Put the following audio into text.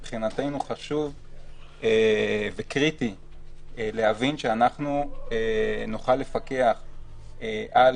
מבחינתנו חשוב וקריטי להבין שאנחנו נוכל לפקח על